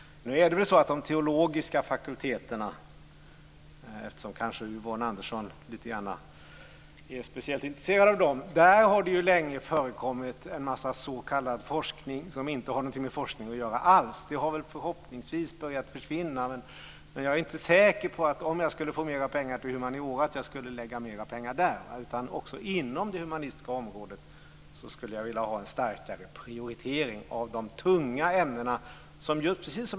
Nu är det väl så att på de teologiska fakulteterna - Yvonne Andersson är kanske lite speciellt intresserad av dem - har det länge förekommit en massa s.k. forskning som inte har någonting alls med forskning att göra. Det har väl förhoppningsvis börjat försvinna. Men jag är inte säker på att jag skulle lägga mera pengar där om jag skulle få mera pengar till humaniora. Jag skulle vilja ha en starkare prioritering av de tunga ämnena också inom det humanistiska området.